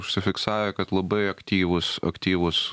užsifiksavę kad labai aktyvus aktyvus